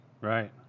Right